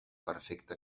perfecta